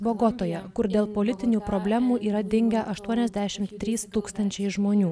bogotoje kur dėl politinių problemų yra dingę aštuoniasdešimt trys tūkstančiai žmonių